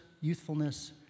youthfulness